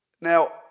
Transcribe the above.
Now